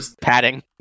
Padding